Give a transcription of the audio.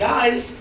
Guys